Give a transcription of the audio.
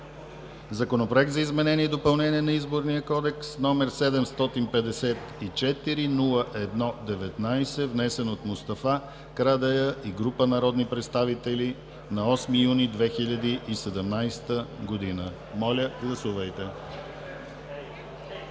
Законопроект за изменение и допълнение на Изборния кодекс, № 754-01-19, внесен от Мустафа Карадайъ и група народни представители на 8 юни 2017 г. Гласували